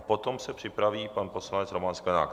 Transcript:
Potom se připraví pan poslanec Roman Sklenák.